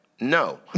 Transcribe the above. no